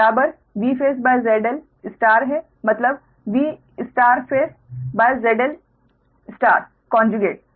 यह Vphase के बराबर है मतलब VphaseZL कोंजुगेट